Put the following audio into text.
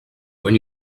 when